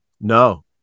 no